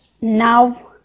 now